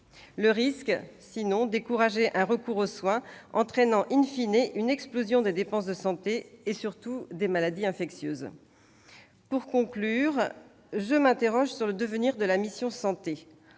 le risque ? Décourager un recours aux soins, entraînant une explosion des dépenses de santé et des maladies infectieuses. Pour conclure, je m'interroge sur le devenir de la mission « Santé